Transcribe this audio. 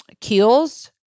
keels